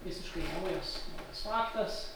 visiškai naujas naujas faktas